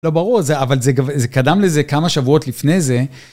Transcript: לא, ברור, אבל זה קדם לזה כמה שבועות לפני זה.